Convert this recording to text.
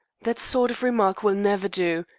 that sort of remark will never do.